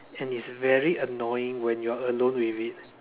and it's very annoying when you're alone with it